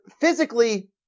physically